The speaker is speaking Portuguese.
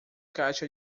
caixa